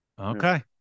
Okay